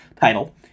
title